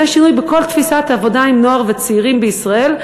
זה שינוי בכל תפיסת העבודה עם נוער וצעירים בישראל,